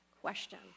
question